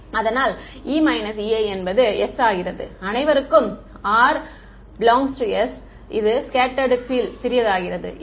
அதனால் E Ei என்பது s ஆகிறது அனைவருக்கும் r s இது ஸ்கெட்ட்டர்டு பீஎல்ட் சிறியதாகிறது s